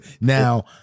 now